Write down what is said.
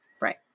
Right